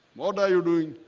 what are you doing?